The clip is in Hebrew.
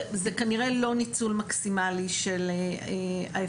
זה כנראה לא ניצול מקסימלי של האפשרויות,